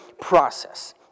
process